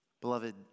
Beloved